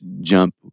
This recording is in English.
jump